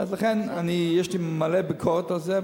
לכן יש לי הרבה ביקורת על זה,